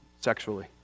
sexually